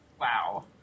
Wow